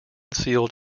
sealed